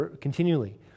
continually